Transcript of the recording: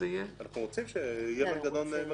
אם אתם יודעים לעשות מנגנון מקביל,